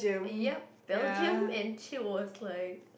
yup Belgium and she was like